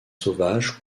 sauvages